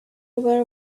aware